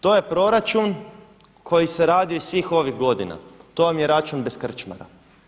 To je proračun koji se radio i svih ovih godina, to vam je račun bez krčmara.